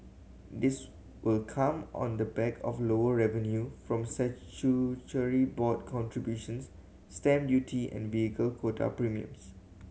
this will come on the back of lower revenue from statutory board contributions stamp duty and vehicle quota premiums